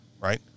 right